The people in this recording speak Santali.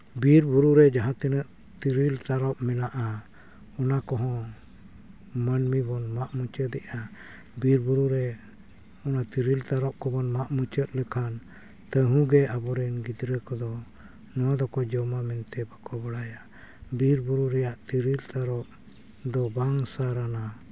ᱵᱤᱨ ᱵᱩᱨᱩᱨᱮ ᱡᱟᱦᱟᱸ ᱛᱤᱱᱟᱹᱜ ᱛᱤᱨᱤᱞ ᱛᱟᱨᱚᱵ ᱢᱮᱱᱟᱜᱼᱟ ᱚᱱᱟ ᱠᱚᱦᱚᱸ ᱢᱟᱹᱱᱢᱤ ᱵᱚᱱ ᱢᱟᱜ ᱢᱩᱪᱟᱹᱫᱮᱜᱼᱟ ᱵᱤᱨ ᱵᱩᱨᱩᱨᱮ ᱚᱱᱟ ᱛᱤᱨᱤᱞ ᱛᱟᱨᱚᱵ ᱠᱚᱵᱚᱱ ᱢᱟᱜ ᱢᱩᱪᱟᱹᱫ ᱞᱮᱠᱷᱱ ᱛᱟᱹᱦᱩᱜᱮ ᱟᱵᱚᱨᱮᱱ ᱜᱤᱫᱽᱨᱟᱹ ᱠᱚᱫᱚ ᱱᱚᱣᱟ ᱫᱚᱠᱚ ᱡᱚᱢᱟ ᱢᱮᱱᱛᱮ ᱵᱟᱠᱚ ᱵᱟᱲᱟᱭᱟ ᱵᱤᱨ ᱵᱩᱨᱩ ᱨᱮᱭᱟᱜ ᱛᱤᱨᱤᱞ ᱛᱟᱨᱚᱵ ᱫᱚ ᱵᱟᱝ ᱥᱟᱨ ᱟᱱᱟ